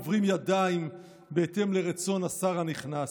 עוברים ידיים בהתאם לרצון השר הנכנס.